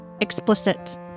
Explicit